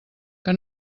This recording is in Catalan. que